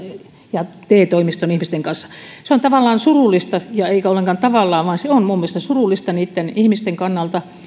ja te toimiston ihmisten kanssa se on tavallaan surullista ja eikä ollenkaan tavallaan vaan se on minun mielestäni surullista niitten ihmisten kannalta